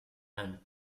and